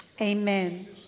Amen